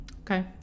Okay